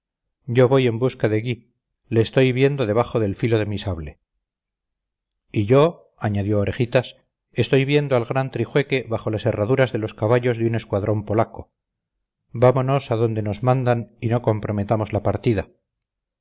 yo voy en busca de gui le estoy viendo debajo del filo de mi sable y yo añadió orejitas estoy viendo al gran trijueque bajo las herraduras de los caballos de un escuadrón polaco vámonos a donde nos mandan y no comprometamos la partida